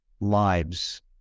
lives